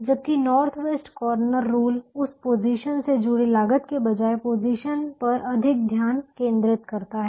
जबकि north west corner rule उस position से जुड़ी लागत के बजाय पोजीशन पर अधिक ध्यान केंद्रित करता है